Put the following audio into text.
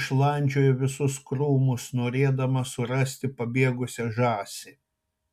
išlandžiojo visus krūmus norėdamas surasti pabėgusią žąsį